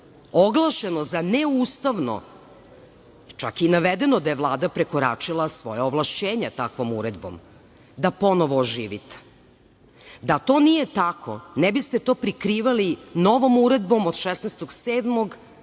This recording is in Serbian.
oglašeno za neustavno, čak je i navedeno da je Vlada prekoračila svoja ovlašćenja takvom uredbom, da ponovo oživite. Da to nije tako, ne biste to prikrivali novom uredbom od 16.